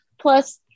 plus